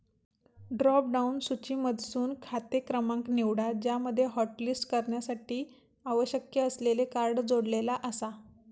drop down सूचीमधसून खाते क्रमांक निवडा ज्यामध्ये हॉटलिस्ट करण्यासाठी आवश्यक असलेले कार्ड जोडलेला आसा